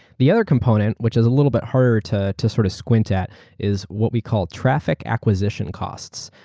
the other component which is a little bit harder to to sort of squint at is what we call traffic acquisition cost.